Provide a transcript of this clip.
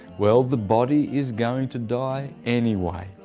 well, the body is going to die anyway.